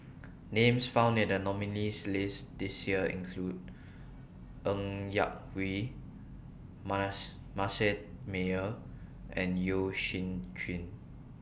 Names found in The nominees' list This Year include Ng Yak Whee Mass Manasseh Meyer and Yeo Shih Yun